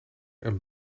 een